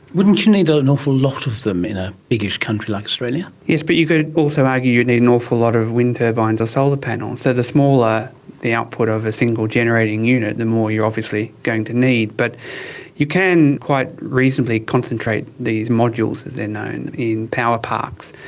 wouldn't you need an awful lot of them in a biggish country like australia? yes but you could also argue you'd need an awful lot of wind turbines or solar panels. so the smaller the output of a single generating unit, the more you are obviously going to need. but you can quite reasonably concentrate these modules, as they're known, in power parks.